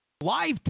Live